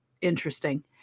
interesting